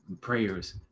prayers